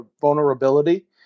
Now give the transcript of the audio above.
vulnerability